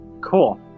Cool